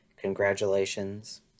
congratulations